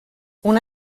una